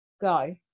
go